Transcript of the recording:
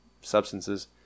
substances